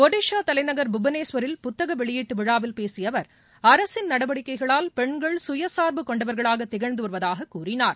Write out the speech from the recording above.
ஒடிசாதலைநகர் புவனேஸ்வரில் புத்தகவெளியீட்டுவிழாவில் பேசியஅவர் அரசின் நடவடிக்கைகளால் பெண்கள் குயசார்பு கொண்டவர்களாகதிகழ்ந்துவருவதாககூறினார்